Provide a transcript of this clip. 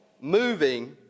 moving